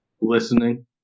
Listening